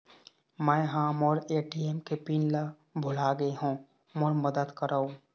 मै ह मोर ए.टी.एम के पिन ला भुला गे हों मोर मदद करौ